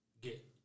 get